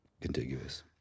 contiguous